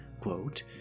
quote